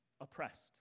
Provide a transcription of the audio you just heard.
oppressed